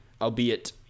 Albeit